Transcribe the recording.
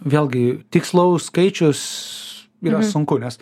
vėlgi tikslaus skaičius yra sunku nes